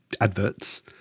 adverts